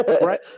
Right